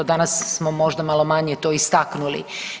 Danas smo možda malo manje to istaknuli.